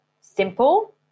simple